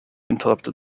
interrupted